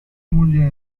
moglie